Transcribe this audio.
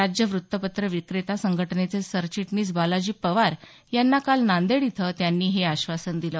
राज्य वृत्तपत्र विक्रेता संघटनेचे सरचिटणीस बालाजी पवार यांना काल नांदेड इथं त्यांनी हे आश्वासन दिलं